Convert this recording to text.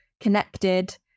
connected